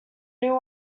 new